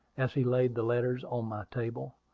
as he laid the letters on my table.